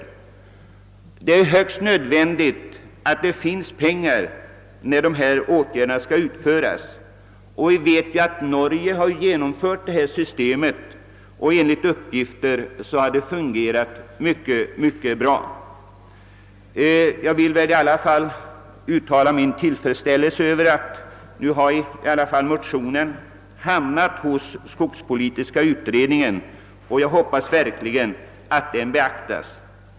Det är högst nödvändigt att det finns pengar när dessa åtgärder skall utföras. Som bekant har ett sådant system införts i Norge, och enligt uppgifter har det fungerat mycket väl. Jag vill uttala min tillfredsställelse över att motionen nu i alla fall har hamnat hos skogspolitiska utredningen, och jag hoppas verkligen att den beaktas.